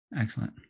Excellent